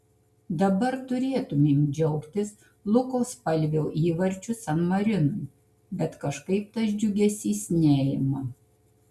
dabar turėtumėm džiaugtis luko spalvio įvarčiu san marinui bet kažkaip tas džiugesys neima